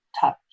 touch